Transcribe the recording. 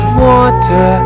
water